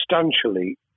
substantially